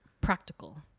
practical